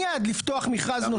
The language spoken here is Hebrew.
מייד לפתוח מכרז נוסף.